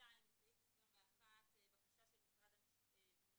בפסקה 2 הייתה בקשה לשינוי של משרד המשפטים.